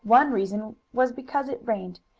one reason was because it rained,